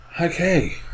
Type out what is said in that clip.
okay